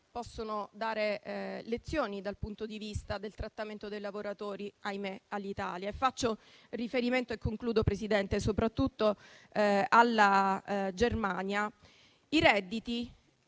dare lezioni dal punto di vista del trattamento dei lavoratori - ahimè - all'Italia. Faccio riferimento, Presidente, soprattutto alla Germania. In tali